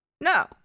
no